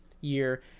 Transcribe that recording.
year